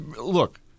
Look